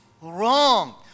wrong